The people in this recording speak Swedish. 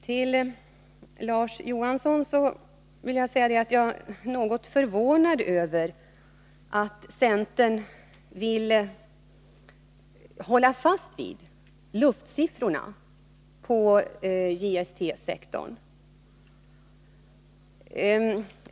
Jag är, Larz Johansson, något förvånad över att centern vill hålla fast vid luftsiffrorna på JST-sektorn.